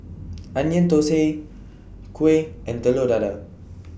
Onion Thosai Kuih and Telur Dadah